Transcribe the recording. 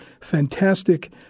Fantastic